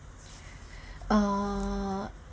uh